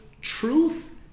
truth